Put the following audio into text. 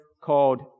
called